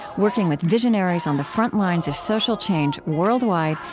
working with visionaries on the front lines of social change worldwide,